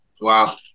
Wow